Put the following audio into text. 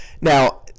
Now